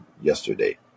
yesterday